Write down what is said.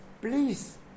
Please